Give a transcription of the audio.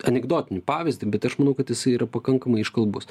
anekdotinį pavyzdį bet aš manau kad jisai yra pakankamai iškalbus